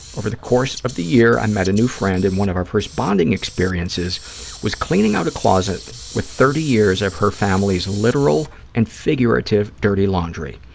over the course of the year, i and met a new friend and one of our first bonding experiences was cleaning out a closet with thirty years' of her family's literal and figurative dirty laundry.